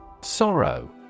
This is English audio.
Sorrow